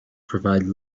provide